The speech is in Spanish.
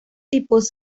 tipos